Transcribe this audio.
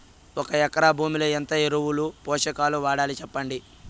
ఒక ఎకరా భూమిలో ఎంత ఎరువులు, పోషకాలు వాడాలి సెప్పండి?